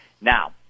Now